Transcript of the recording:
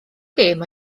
gêm